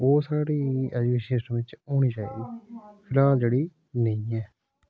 ते ओह् स्हाड़ी एजुकेशन सिस्टम च होनी चाहिदी फिलहाल जेह्ड़ी नेई ऐ